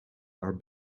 are